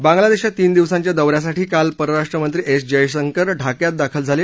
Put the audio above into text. बांगलादेशच्या तीन दिवसांच्या दौऱ्यासाठी काल परराष्ट्रमंत्री एस जयशंकर ढाक्यात दाखल झाले